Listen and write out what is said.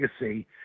legacy